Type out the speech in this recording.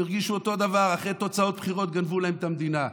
הם הרגישו אותו דבר: אחרי תוצאות בחירות גנבו להם את המדינה.